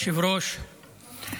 כבוד היושב-ראש,